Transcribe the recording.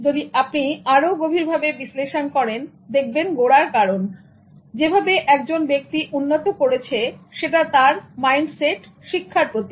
যদি আপনি আরো গভীরভাবে বিশ্লেষণ করেন দেখবেন গোড়ার কারণ যেভাবে একজন ব্যক্তি উন্নত করেছে সেটা তার মাইন্ডসেট শিক্ষার প্রতি